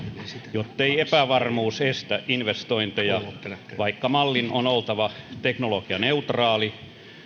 jottei epävarmuus estä investointeja vaikka mallin on oltava teknologianeutraali